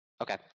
Okay